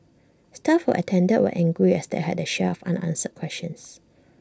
staff who attended were angry as they had their share of unanswered questions